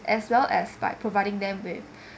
as well as but providing them with